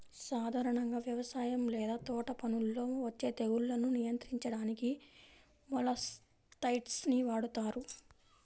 సాధారణంగా వ్యవసాయం లేదా తోటపనుల్లో వచ్చే తెగుళ్లను నియంత్రించడానికి మొలస్సైడ్స్ ని వాడుతారు